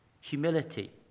Humility